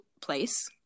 place